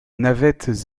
navettes